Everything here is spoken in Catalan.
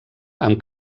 amb